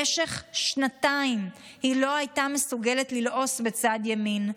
במשך שנתיים היא לא הייתה מסוגלת ללעוס בצד ימין,